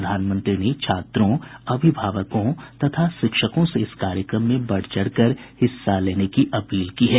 प्रधानमंत्री ने छात्रों अभिभावकों तथा शिक्षकों से इस कार्यक्रम में बढ़ चढ़कर हिस्सा लेने की अपील की है